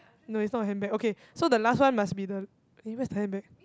no it's not a handbag okay so the last one must be the eh where's the handbag